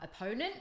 opponent